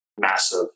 massive